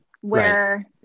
where-